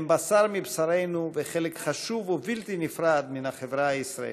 הם בשר מבשרנו וחלק חשוב ובלתי נפרד מהחברה הישראלית.